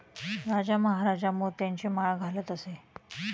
राजा महाराजा मोत्यांची माळ घालत असे